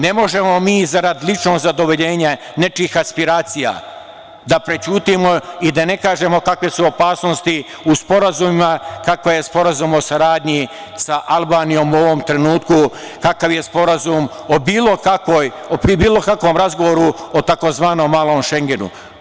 Ne možemo mi zarad ličnog zadovoljenja nečijih aspiracija da prećutimo i da ne kažemo kakve su opasnosti u sporazumima, kakav je sporazum o saradnji sa Albanijom u ovom trenutku, kakav je sporazum o bilo kakvom razgovoru o takozvanom malom Šengenu.